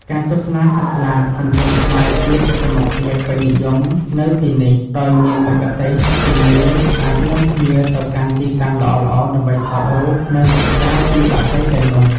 ការទស្សនាសត្វស្លាប កំពុងក្លាយជាសកម្មភាពពេញនិយមនៅទីនេះ ដោយមានមគ្គុទ្ទេសក៍ជំនាញអាចនាំភ្ញៀវទៅកាន់ទីតាំងល្អៗដើម្បីថតរូប និងសិក្សាពីបក្សីទាំងនោះ។